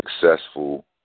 successful